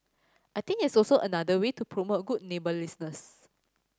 I think it's also another way to promote good neighbourliness